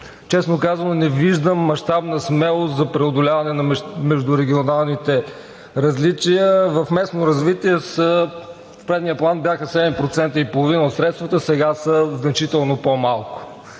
Честно казано, не виждам мащабна смелост за преодоляване на междурегионалните различия. В местно развитие в предния План бяха 7,5% средствата, сега са значително по-малко.